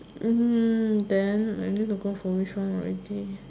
mm then I need to go for which one already